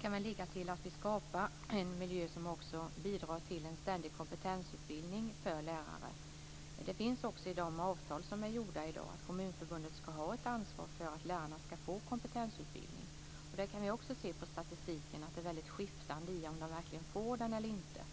kan ligga i att vi skapar en miljö som också bidrar till en ständig kompetensutbildning för lärare. Det ligger i de avtal som i dag finns att Kommunförbundet skall ha ett ansvar för att lärarna skall få kompetensutbildning. Där kan vi också utläsa av statistiken att det är väldigt skiftande när det gäller om de verkligen får sådan eller inte.